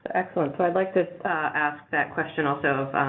excellent. so i'd like to ask that question also,